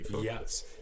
yes